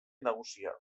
nagusia